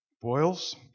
boils